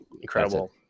incredible